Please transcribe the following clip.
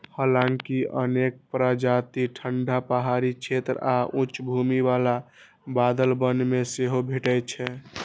हालांकि अनेक प्रजाति ठंढा पहाड़ी क्षेत्र आ उच्च भूमि बला बादल वन मे सेहो भेटै छै